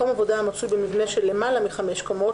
ואולם במקום עבודה המצוי במבנה של למעלה מחמש קומות,